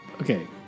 Okay